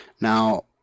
now